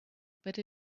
but